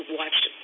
watched